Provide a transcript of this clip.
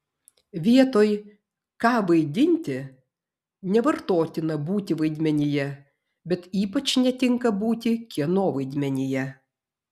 vietoj ką vaidinti nevartotina būti vaidmenyje bet ypač netinka būti kieno vaidmenyje